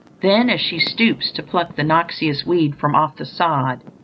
then, as she stoops to pluck the noxious weed from off the sod,